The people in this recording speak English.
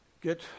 get